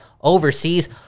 overseas